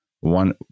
one